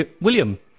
William